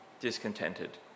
discontented